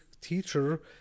teacher